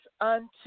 unto